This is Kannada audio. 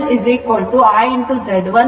6 o ಆಂಪಿಯರ್ ಸಿಗುತ್ತದೆ